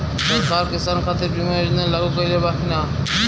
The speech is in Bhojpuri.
सरकार किसान खातिर बीमा योजना लागू कईले बा की ना?